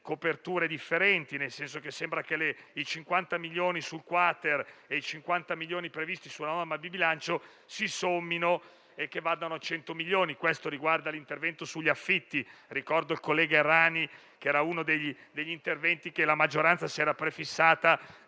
coperture differenti. Sembra cioè che i 50 milioni sul *quater* e i 50 milioni previsti sulla manovra di bilancio si sommino e che diventino 100 milioni. Questo riguarda l'intervento sugli affitti. Ricordo al senatore Errani che era uno degli interventi che la maggioranza si era prefissata